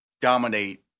dominate